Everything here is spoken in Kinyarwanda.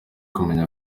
kumenya